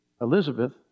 Elizabeth